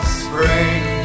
spring